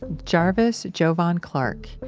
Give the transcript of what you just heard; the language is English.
jarvis jovan clark,